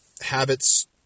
habits